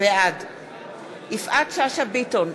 בעד יפעת שאשא ביטון,